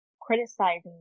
criticizing